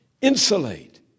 insulate